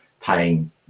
paying